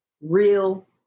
real